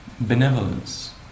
benevolence